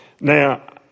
Now